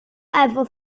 efo